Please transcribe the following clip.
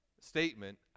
statement